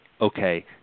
okay